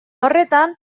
horretan